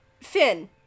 Finn